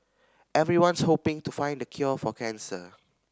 everyone's hoping to find the cure for cancer